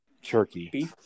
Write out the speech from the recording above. Turkey